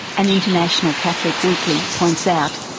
an international catholic weekly, points out,